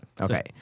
okay